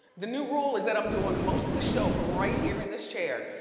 the new rule is that i'm doing most of the show from right here in this chair.